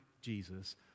Jesus